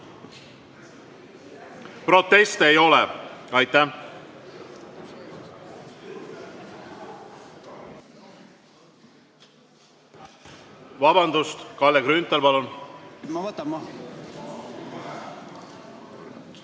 Proteste ei ole. Aitäh! Vabandust! Kalle Grünthal, palun! Ma võtan maha.